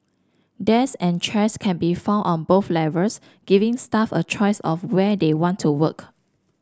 dies and chairs can be found on both levels giving staff a choice of where they want to work